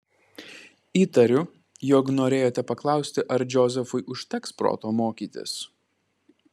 įtariu jog norėjote paklausti ar džozefui užteks proto mokytis